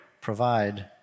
provide